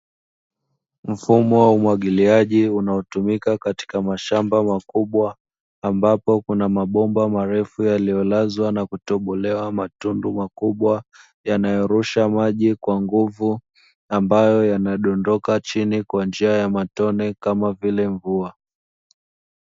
Mfumo wa umwagiliaji unaotumika katika mashamba makubwa, ambapo kuna mabomba marefu yaliyo lazwa na kutobolewa matundu makubwa yanayo rusha maji kwa nguvu ambayo yanadondoka chini kwa njia ya matone kama vile mvua.